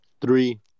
Three